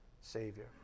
Savior